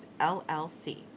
LLC